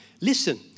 Listen